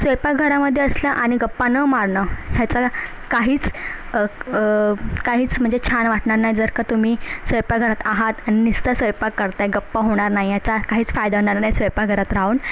स्वयंपाकघरामध्ये असलं आणि गप्पा न मारणं ह्याचा काहीच काहीच म्हणजे छान वाटणार नाही जर का तुम्ही स्वयंपाकघरात आहात आणि नुसता स्वयंपाक करत आहे गप्पा होणार नाही याचा काहीच फायदा होणार नाही स्वयंपाकघरात राहून